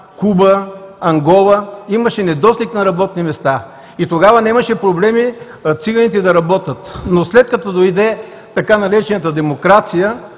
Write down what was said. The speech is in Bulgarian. Куба, Ангола. Имаше недостиг на работни места и тогава нямаше проблеми циганите да работят. След като дойде така наречената „демокрация“